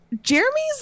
jeremy's